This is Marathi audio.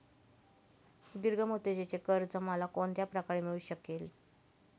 दीर्घ मुदतीचे कर्ज मला कोणत्या प्रकारे मिळू शकेल?